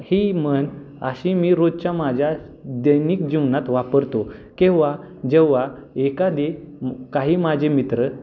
ही म्हण अशी मी रोजच्या माझ्या दैनिक जीवनात वापरतो केव्हा जेव्हा एखादे मग काही माझे मित्र